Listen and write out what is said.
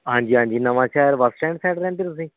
ਹਾਂਜੀ ਹਾਂਜੀ Nawanshahr bus stand side ਰਹਿੰਦੇ ਤੁਸੀਂ